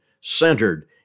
centered